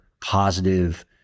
positive